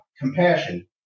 Compassion